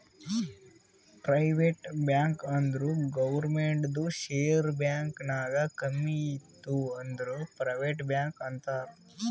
private bank ಅಂದುರ್ ಗೌರ್ಮೆಂಟ್ದು share bank ನಾಗ್ ಕಮ್ಮಿ ಇತ್ತು ಅಂದುರ್ ಪ್ರೈವೇಟ್ ಬ್ಯಾಂಕ್ ಅಂತಾರ್